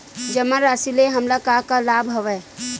जमा राशि ले हमला का का लाभ हवय?